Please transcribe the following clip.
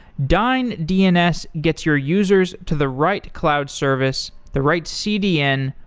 dyn dns gets your users to the right cloud service, the right cdn,